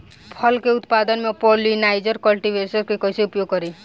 फल के उत्पादन मे पॉलिनाइजर कल्टीवर्स के कइसे प्रयोग करी?